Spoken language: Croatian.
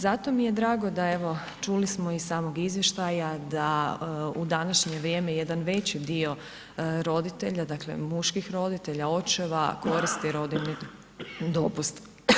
Zato mi je drago da evo čuli smo iz samog izvještaja da u današnje vrijeme jedan veći dio roditelja, dakle muških roditelja, očeva koristi rodiljni dopust.